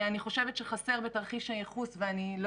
אני חושבת שחסר בתרחיש הייחוס ואני לא